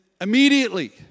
immediately